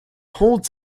holds